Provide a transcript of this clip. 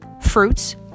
fruits